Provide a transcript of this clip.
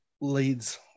leads